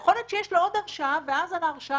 יכול להיות שיש לו עוד הרשעה ואז את ההרשעה